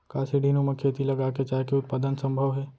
का सीढ़ीनुमा खेती लगा के चाय के उत्पादन सम्भव हे?